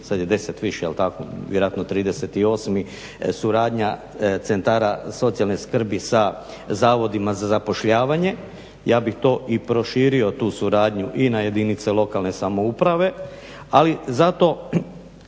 sad je deset više, jel tako, vjerojatno 38. suradnja centara socijalne skrbi sa zavodima za zapošljavanje. Ja bih to i proširio tu suradnju i na jedinice lokalne samouprave ali zato